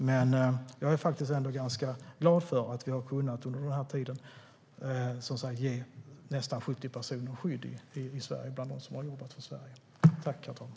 Men jag är ändå ganska glad över att vi har kunnat ge nästan 70 personer av dem som har jobbat för oss skydd i Sverige.